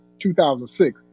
2006